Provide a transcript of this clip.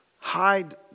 Hide